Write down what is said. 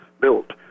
built